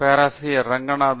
பேராசிரியர் ரங்கநாதன் டி